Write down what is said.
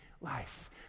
life